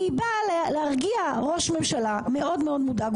כי היא באה להרגיע ראש ממשלה מאוד מאוד מודאג,